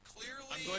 Clearly